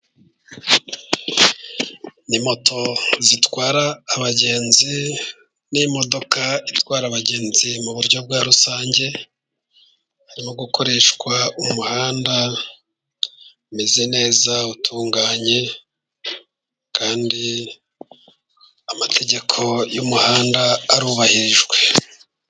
Ni moto zitwara abagenzi n'imodoka itwara abagenzi mu buryo bwa rusange, harimo gukoreshwa umuhanda umeze neza utunganye, kandi amategeko y'umuhanda arubahirijwe.